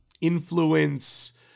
influence